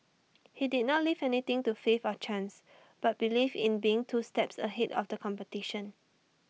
he did not leave anything to faith or chance but believed in being two steps ahead of the competition